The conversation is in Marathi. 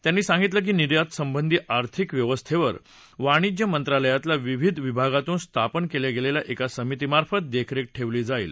त्यांनी सांगितलं की निर्यात संबंधी आर्थिक व्यवस्थेवर वाणिज्य मंत्रालयातल्या विविध विभागातून स्थापन केलेल्या एका समिती मार्फत देखरेख ठेवली जाईल